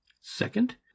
second